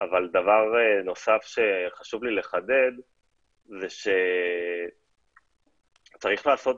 אבל דבר נוסף שחשוב לי לחדד זה שצריך לעשות